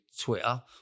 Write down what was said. Twitter